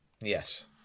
Yes